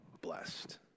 blessed